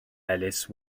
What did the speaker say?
elis